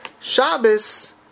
Shabbos